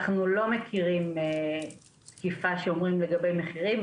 אנחנו לא מכירים תקיפה שאומרים לגבי מחירים.